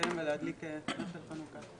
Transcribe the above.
לבתיהם ולהדליק נרות של חנוכה.